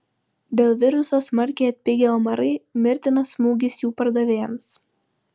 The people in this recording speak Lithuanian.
dėl viruso smarkiai atpigę omarai mirtinas smūgis jų pardavėjams